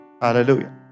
Hallelujah